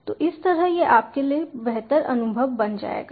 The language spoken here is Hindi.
तो इस तरह यह आपके लिए बेहतर अनुभव बन जाएगा